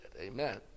Amen